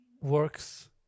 works